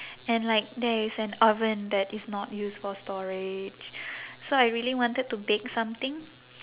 and like there is an oven that is not used for storage so I really wanted to bake something